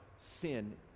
sin